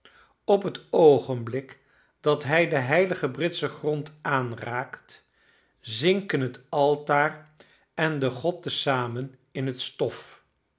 op het oogenblik dat hij den heiligen britschen grond aanraakt zinken het altaar en de god te zamen in het stof